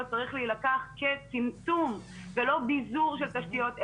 צריך להילקח כצמצום ולא ביזור של תשתיות,